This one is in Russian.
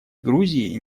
грузии